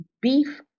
beef